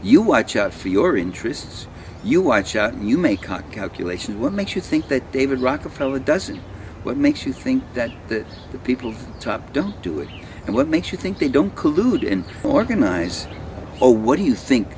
you watch out for your interests you watch out you make a calculation what makes you think that david rockefeller doesn't what makes you think that the the people of top don't do it and what makes you think they don't collude in organize or what do you think